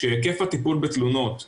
שהיקף הטיפול בתלונות הוא,